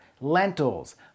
lentils